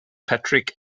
patrick